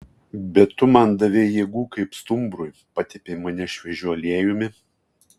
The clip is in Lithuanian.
bet man tu davei jėgų kaip stumbrui patepei mane šviežiu aliejumi